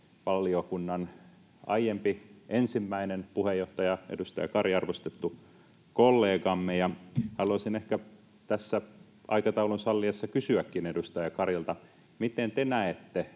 valiokunnan aiempi, ensimmäinen puheenjohtaja, edustaja Kari, arvostettu kollegamme, ja haluaisin ehkä tässä aikataulun salliessa kysyäkin edustaja Karilta: Miten te näette